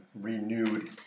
renewed